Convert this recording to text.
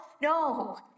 No